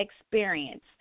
experience